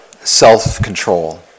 self-control